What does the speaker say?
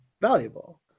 valuable